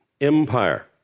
empire